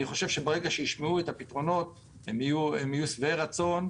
אני חושב שברגע שישמעו את הפתרונות הם יהיו שבעי רצון,